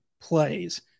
plays